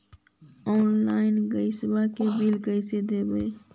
Online gas के bill कैसे देबै?